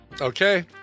Okay